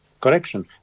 correction